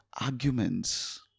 arguments